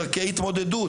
דרכי התמודדות".